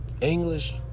English